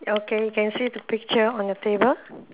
okay you can see the picture on your table